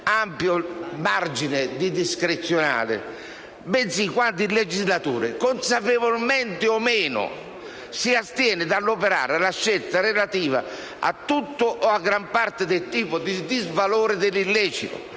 ampio margine alla discrezionalità dell'interprete, bensì quando il legislatore, consapevolmente o meno, si astiene dall'operare la scelta relativa a tutto o a gran parte del tipo di disvalore dell'illecito,